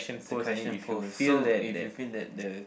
is the question posed so if you feel that the